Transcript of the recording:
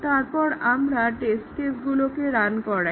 তারপর আমরা টেস্ট কেসগুলোকে রান করাই